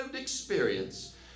experience